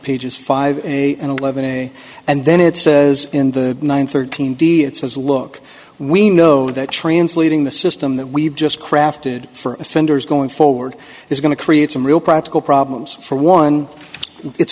pages five a and eleven a and then it says in the nine thirteen d it says look we know that translating the system that we've just crafted for offenders going forward is going to create some real practical problems for one it's